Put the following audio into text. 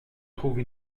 trouve